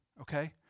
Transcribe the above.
okay